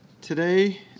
today